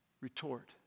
retort